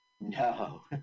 No